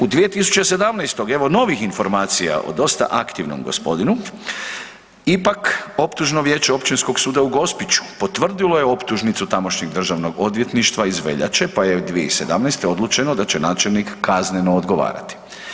U 2017., evo novih informacija o dosta aktivnom gospodinu, ipak optužno vijeće Općinskog suda u Gospiću potvrdilo je optužnicu tamošnjeg državnog odvjetništva iz veljače pa je 2017. odlučeno da će načelnik kazneno odgovarati.